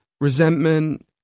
resentment